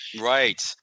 Right